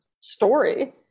story